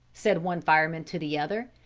said one fireman to the other,